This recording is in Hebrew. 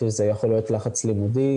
שזה יכול להיות לחץ לימודי,